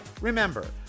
Remember